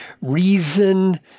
reason